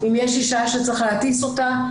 אם יש אישה שצריך להטיס אותה,